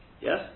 Yes